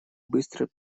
быстро